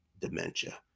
dementia